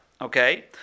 Okay